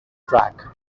track